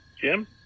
Jim